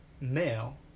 male